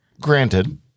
Granted